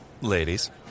Ladies